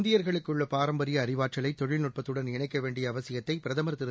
இந்தியர்களுக்குள்ள பாரம்பரிய அறிவாற்றலை தொழில்நுட்பத்துடன் இணைக்க வேண்டிய அவசியத்தை பிரதமர் திரு